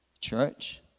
church